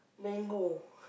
mango